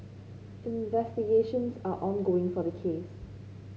investigations are ongoing for the case